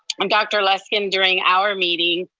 and dr. luskin, during our meeting,